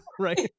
right